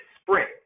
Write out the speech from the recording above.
spring